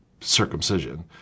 circumcision